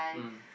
mm